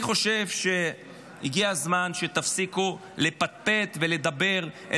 אני חושב שהגיע הזמן שתפסיקו לפטפט ולדבר,